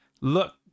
look